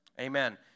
Amen